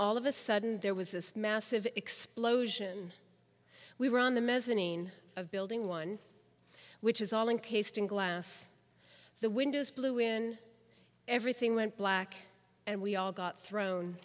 all of a sudden there was this massive explosion we were on the mezzanine of building one which is all and pasting glass the windows blew in everything went black and we all got thrown